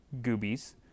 goobies